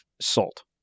salt